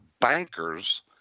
bankers